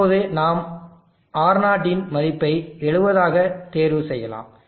இப்போது நாம் R0 இன் மதிப்பை 70 ஆக தேர்வு செய்யலாம்